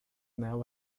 now